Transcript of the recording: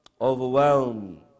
Overwhelmed